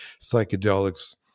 psychedelics